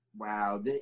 Wow